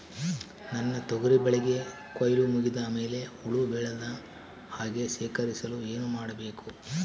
ನನ್ನ ತೊಗರಿ ಬೆಳೆಗೆ ಕೊಯ್ಲು ಮುಗಿದ ಮೇಲೆ ಹುಳು ಬೇಳದ ಹಾಗೆ ಶೇಖರಿಸಲು ಏನು ಮಾಡಬೇಕು?